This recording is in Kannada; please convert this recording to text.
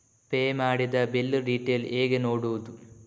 ಪೇ ಮಾಡಿದ ಬಿಲ್ ಡೀಟೇಲ್ ಹೇಗೆ ನೋಡುವುದು?